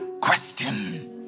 question